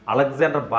Alexander